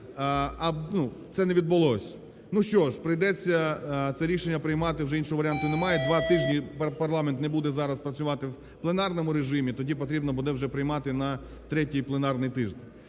це не відбулося. Ну що ж, прийдеться це рішення приймати, вже іншого варіанту немає. Два тижні парламент не буде зараз працювати в пленарному режимі, тоді потрібно буде вже приймати на третій пленарний тиждень.